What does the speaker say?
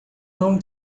não